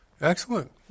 Excellent